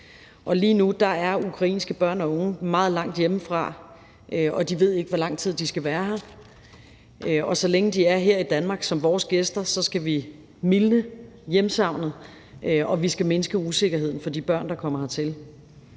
Lige nu er ukrainske børn og unge meget langt hjemmefra, og de ved ikke, hvor lang tid de skal være her. Og så længe de er her i Danmark som vores gæster, skal vi mildne hjemveen, og vi skal mindske usikkerheden for de børn, der kommer hertil.